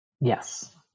Yes